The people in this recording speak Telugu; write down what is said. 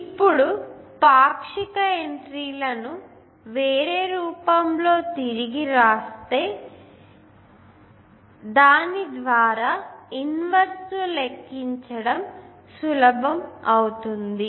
ఇప్పుడు ఈ పాక్షిక ఎంట్రీలను వేరే రూపంలో తిరిగి వ్రాస్తే తద్వారా ఇన్వెర్స్ ను లెక్కించడం సులభం అవుతుంది